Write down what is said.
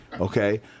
Okay